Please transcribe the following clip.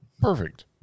Perfect